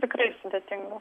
tikrai sudėtinga